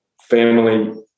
family